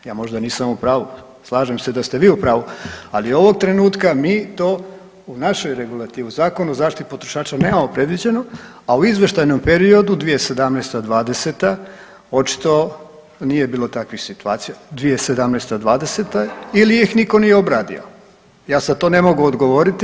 Ja možda nisam u pravu, slažem ste da ste vi u pravu, ali ovog trenutka mi to u našoj regulativi u Zakonu o zaštiti potrošača nemamo predviđeno, a u izvještajnom periodu 2017.-2020. očito nije bilo takvih situacija, 2017.-2020. ili ih niko nije obradio, ja sad to ne mogu odgovoriti.